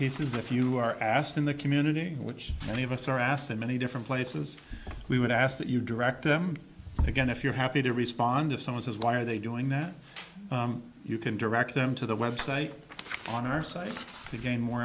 pieces if you are asked in the community which many of us are asked in many different places we would ask that you direct them again if you're happy to respond if someone says why are they doing that you can direct them to the website on our site to gain more